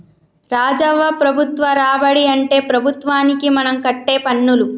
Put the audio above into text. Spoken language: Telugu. రాజవ్వ ప్రభుత్వ రాబడి అంటే ప్రభుత్వానికి మనం కట్టే పన్నులు